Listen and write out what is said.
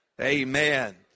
Amen